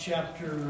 Chapter